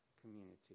community